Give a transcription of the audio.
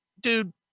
dude